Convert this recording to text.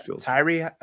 Tyree